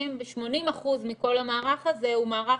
משתמשים ב-80% מכל המערך הזה שהוא מערך